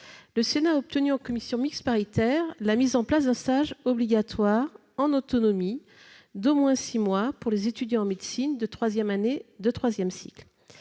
le Sénat avait obtenu, en commission mixte paritaire, la mise en place d'un stage obligatoire en autonomie d'au moins six mois pour les étudiants en médecine de troisième année de troisième cycle.